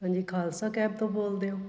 ਹਾਂਜੀ ਖਾਲਸਾ ਕੈਬ ਤੋਂ ਬੋਲਦੇ ਓਂ